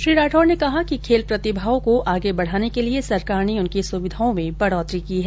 श्री राठौड़ ने कहा कि खेल प्रतिभाओं को आगे बढाने के लिये सरकार ने उनकी सुविधाओं में बढोतरी की है